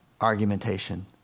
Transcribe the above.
argumentation